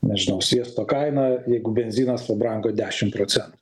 nežinau sviesto kaina jeigu benzinas pabrango dešim procentų